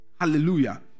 Hallelujah